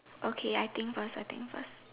okay I think first I think first